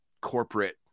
corporate